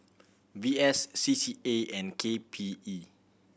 V S C C A and K P E